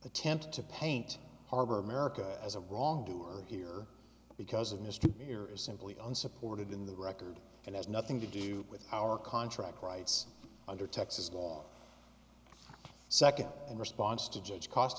attempt to paint harbor america as a wrongdoer here because of mr here is simply unsupported in the record and has nothing to do with our contract rights under texas law second in response to judge cost